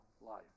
life